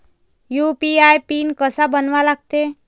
UPI pin कसा बनवा लागते?